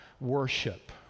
worship